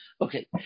Okay